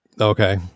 Okay